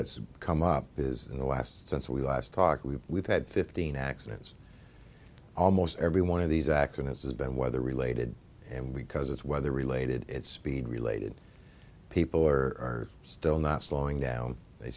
that's come up is in the last since we last talked we've we've had fifteen accidents almost every one of these accidents has been weather related and we because it's weather related it's speed related people are still not slowing down they